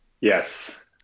Yes